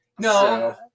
No